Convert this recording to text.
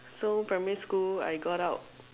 so primary school I got out